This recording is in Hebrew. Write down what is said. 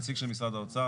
נציג של משרד האוצר,